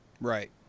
Right